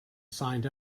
signed